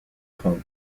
pont